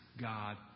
God